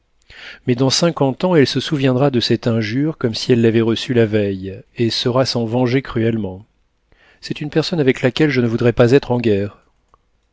mais dans cinquante ans elle se souviendra de cette injure comme si elle l'avait reçue la veille et saura s'en venger cruellement c'est une personne avec laquelle je ne voudrais pas être en guerre